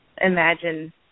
imagine